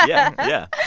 ah yeah. yeah.